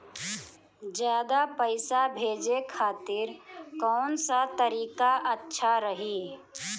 ज्यादा पईसा भेजे खातिर कौन सा तरीका अच्छा रही?